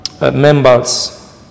members